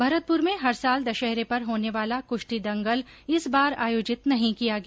भरतपुर में हर साल दशहरे पर होने वाला कुश्ती दंगल इस बार आयोजित नहीं किया गया